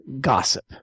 gossip